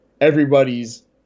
everybody's